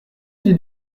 d’une